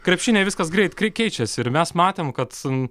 krepšinyje viskas greit kri keičiasi ir mes matėm kad